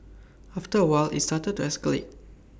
after A while IT started to escalate